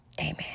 Amen